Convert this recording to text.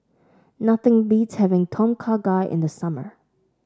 nothing beats having Tom Kha Gai in the summer